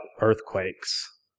earthquakes